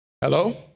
Hello